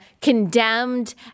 condemned